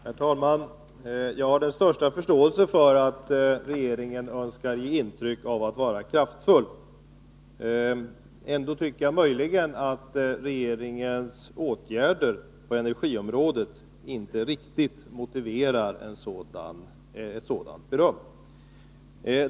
Herr talman! Jag har den största förståelse för att regeringen önskar ge intryck av att vara kraftfull. Ändå tycker jag att regeringens åtgärder på energiområdet inte riktigt motiverar ett sådant beröm.